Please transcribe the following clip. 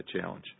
challenge